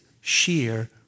sheer